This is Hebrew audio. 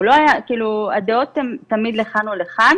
לא היה כאילו הדעות תמיד הן לכאן או לכאן,